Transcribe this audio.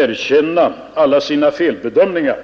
erkänna alla sina felbedömningar.